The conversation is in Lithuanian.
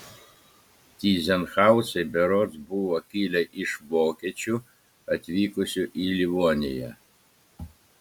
tyzenhauzai berods buvo kilę iš vokiečių atvykusių į livoniją